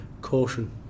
caution